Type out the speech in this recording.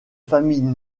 famille